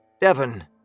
Devon